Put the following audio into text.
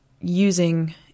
using